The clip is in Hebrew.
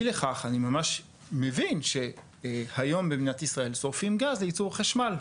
אי לכך אני ממש בין שהיום במדינת ישראל שורפים גז לייצור חשמל.